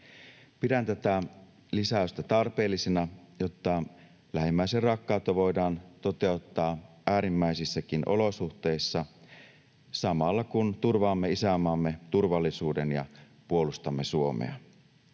Pidän tätä lisäystä tarpeellisena, jotta lähimmäisenrakkautta voidaan toteuttaa äärimmäisissäkin olosuhteissa samalla, kun turvaamme isänmaamme turvallisuuden ja puolustamme Suomea.